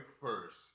first